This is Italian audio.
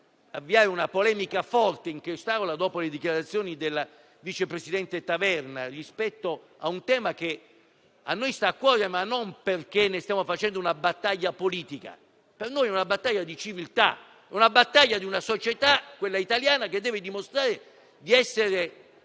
avviare una polemica forte dopo le dichiarazioni della vice presidente Taverna rispetto a un tema che a noi sta a cuore non perché ne stiamo facendo una battaglia politica. Per noi è una battaglia di civiltà della società italiana che deve dimostrare di essere